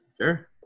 Sure